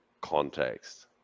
context